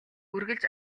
үргэлж